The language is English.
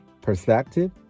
perspective